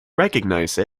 recognize